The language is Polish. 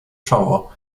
czoło